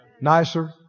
Nicer